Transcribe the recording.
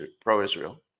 pro-Israel